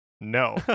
No